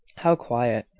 how quiet,